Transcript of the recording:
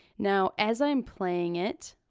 now, as i am playing it,